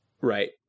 right